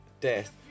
death